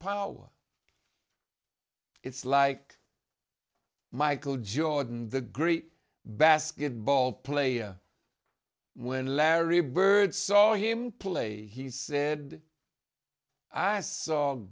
power it's like michael jordan the great basketball player when larry bird saw him play he said i saw